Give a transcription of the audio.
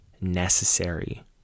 necessary